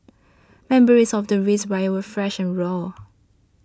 memories of the race riots were fresh and raw